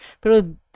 Pero